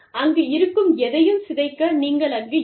அங்கு இருக்கும் எதையும் சிதைக்க நீங்கள் அங்கு இல்லை